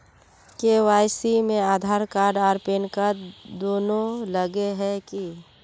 KYC में Aadhaar card आर PAN card दुनू लगे है की?